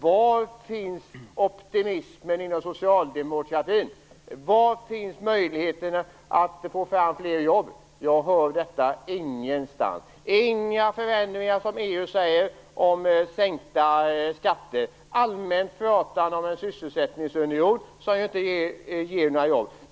Var finns optimismen inom socialdemokratin, var finns möjligheterna att få fram fler jobb? Ingenstans hör jag detta, inga förändringar, som EU säger, om sänkta skatter. Allmänt prat om en sysselsättningsunion, som inte ger några jobb.